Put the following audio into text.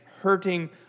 hurting